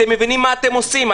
אתם מבינים מה אתם עושים?